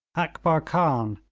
akbar khan,